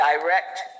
direct